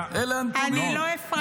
אני לא הפרעתי לך.